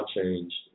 changed